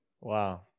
wow